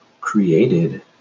created